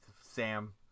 Sam